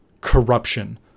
corruption